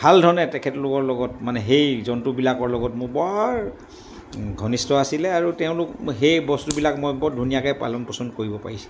ভাল ধৰণে তেখেতলোকৰ লগত মানে সেই জন্তুবিলাকৰ লগত মোৰ বৰ ঘনিষ্ঠ আছিলে আৰু তেওঁলোক সেই বস্তুবিলাক মই বৰ ধুনীয়াকৈ পালন পোচন কৰিব পাৰিছিলোঁ